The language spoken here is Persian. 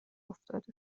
افتاده